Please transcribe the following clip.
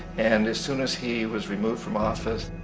and as soon as he was removed from office,